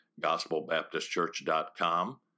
gospelbaptistchurch.com